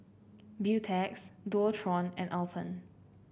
Beautex Dualtron and Alpen